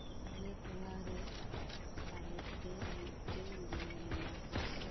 ᱟᱞᱮ ᱴᱚᱞᱟᱨᱮ ᱥᱟᱭᱤᱴ ᱨᱮ ᱢᱤᱫᱴᱮᱱ ᱰᱮᱢ ᱢᱮᱱᱟᱜ ᱟ